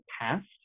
past